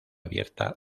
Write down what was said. abierta